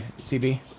CB